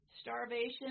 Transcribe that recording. starvation